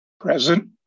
Present